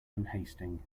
unhasting